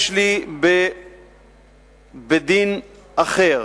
יש לי בדין אחר